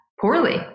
poorly